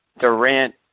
durant